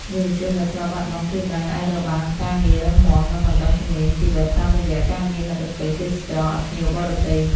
យុវជនដែលធ្លាប់បាត់បង់ទិសដៅ អាចរកបានការងាររឹងមាំ និងបណ្តុះជំនាញជីវិតតាមរយៈការងារមគ្គុទេសក៍ទេសចរណ៍អោយភ្ញៀវបរទេស។